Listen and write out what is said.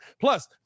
plus